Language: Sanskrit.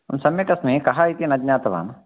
सम्यगस्मि कः इति न ज्ञातवान्